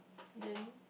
then